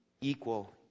equal